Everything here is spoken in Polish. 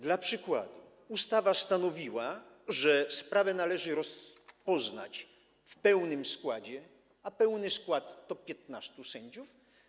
Dla przykładu ustawa stanowiła, że sprawę należy rozpoznać w pełnym składzie, a pełny skład to 15 sędziów.